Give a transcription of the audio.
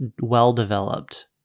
well-developed